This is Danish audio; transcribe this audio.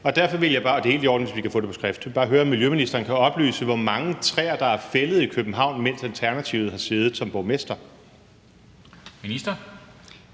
få det på skrift, om miljøministeren kan oplyse, hvor mange træer der er fældet i København, mens Alternativet har siddet som borgmester? Kl.